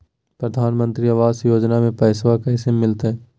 प्रधानमंत्री आवास योजना में पैसबा कैसे मिलते?